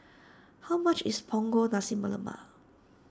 how much is Punggol Nasi Lemak